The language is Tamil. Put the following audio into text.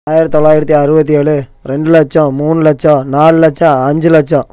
ஆயிரத்தி தொள்ளாயிரத்தி அறுபத்தி ஏழு ரெண்டு லட்சம் மூணு லட்சம் நாலு லட்சம் அஞ்சு லட்சம்